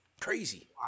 Crazy